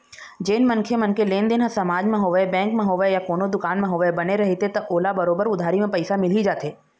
जेन मनखे मन के लेनदेन ह समाज म होवय, बेंक म होवय या कोनो दुकान म होवय, बने रइही त ओला बरोबर उधारी म पइसा मिल ही जाथे